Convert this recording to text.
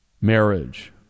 marriage